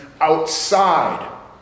outside